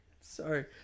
Sorry